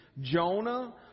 Jonah